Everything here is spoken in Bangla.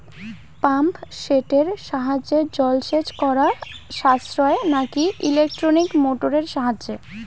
পাম্প সেটের সাহায্যে জলসেচ করা সাশ্রয় নাকি ইলেকট্রনিক মোটরের সাহায্যে?